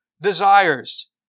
desires